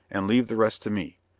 and leave the rest to me.